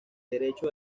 derecho